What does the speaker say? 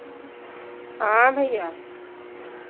हाँ भैया